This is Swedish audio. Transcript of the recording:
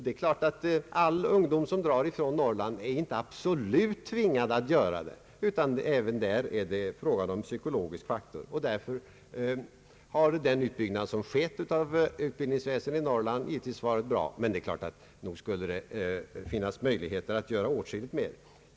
Det är klart att all ungdom som drar från Norrland inte är absolut tvingad att göra det. även där är det fråga om en psykologisk faktor. Därför har den utbyggnad som skett av utbildningsväsendet i Norrland naturligtvis varit bra, men nog skulle det finnas möjligheter att göra åtskilligt mer.